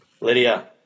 Lydia